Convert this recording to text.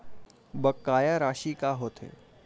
बकाया राशि का होथे?